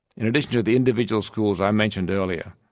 in addition to the individual schools i mentioned earlier,